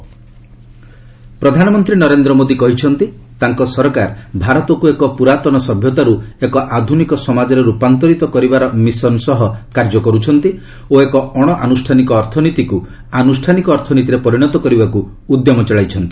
PM business summit ପ୍ରଧାନମନ୍ତ୍ରୀ ନରେନ୍ଦ୍ର ମୋଦି କହିଛନ୍ତି ତାଙ୍କ ସରକାର ଭାରତକୁ ଏକ ପୁରାତନ ସଭ୍ୟତାରୁ ଏକ ଆଧୁନିକ ସମାଜରେ ରୂପାନ୍ତରିତ କରିବାର ମିଶନ ସହ କାର୍ଯ୍ୟ କରୁଛନ୍ତି ଓ ଏକ ଅଣଆନୁଷ୍ଠାନିକ ଅର୍ଥନୀତିକୁ ଆନୁଷ୍ଠାନିକ ଅର୍ଥନୀତିରେ ପରିଣତ କରିବାକୁ ଉଦ୍ୟମ ଚଳାଇଛନ୍ତି